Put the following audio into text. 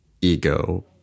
ego